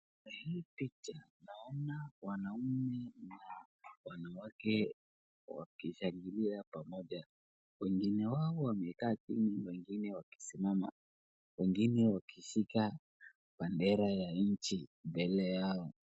Hii picha naona wanaume na wanawake wakishangilia pamoja. Wengine wao wamekaa chini, wengine wakisimama, wengine wakishika bendera ya nchi mbele yao.